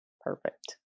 Perfect